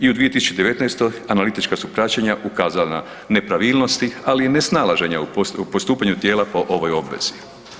I u 2019. analitička su praćenja ukazala na nepravilnosti, ali i nesnalaženja u postupanju tijela po ovoj obvezi.